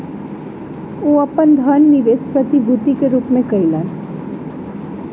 ओ अपन धन निवेश प्रतिभूति के रूप में कयलैन